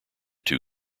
two